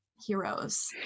heroes